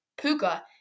Puka